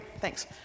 thanks